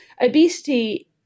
Obesity